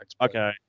Okay